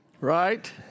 Right